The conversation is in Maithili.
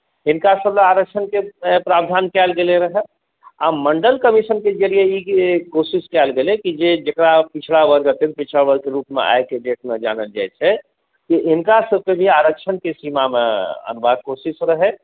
हिनकासभ लेल आरक्षणक प्रावधान कयल गेलै रहए आ मण्डल कमीशनके जरिये ई कोशिश कयल गेलै कि जे जेकरा पिछड़ावर्गके रूपमे आइके डेटमे जानल जाइत छै हिनकासभकेँ भी आरक्षणक सीमामे अनबाके कोशिश रहै